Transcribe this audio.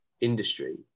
industry